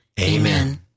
Amen